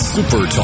Super